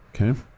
Okay